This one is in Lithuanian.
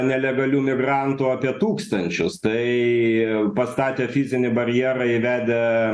nelegalių migrantų apie tūkstančius tai pastatę fizinį barjerą įvedę